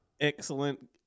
Excellent